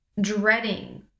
dreading